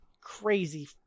crazy